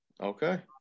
okay